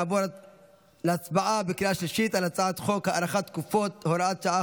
נעבור להצבעה בקריאה שלישית על הצעת חוק הארכת תקופות (הוראת שעה,